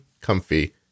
comfy